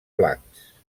blancs